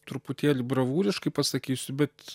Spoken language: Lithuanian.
truputėlį bravūriškai pasakysiu bet